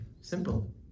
Simple